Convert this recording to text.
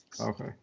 okay